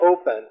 open